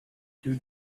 you